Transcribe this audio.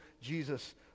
Jesus